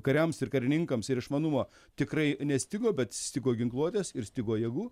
kariams ir karininkams ir išmanumo tikrai nestigo bet stigo ginkluotės ir stigo jėgų